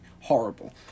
horrible